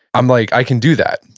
i'm like, i can do that.